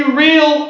real